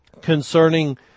concerning